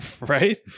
right